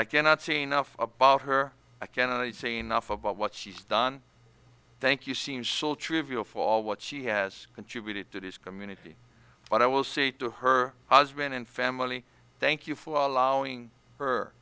i cannot say enough about her i can only see enough about what she's done thank you seen soul trivial fall what she has contributed to this community what i will say to her husband and family thank you for allowing her